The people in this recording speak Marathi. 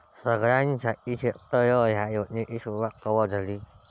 सगळ्याइसाठी शेततळे ह्या योजनेची सुरुवात कवा झाली?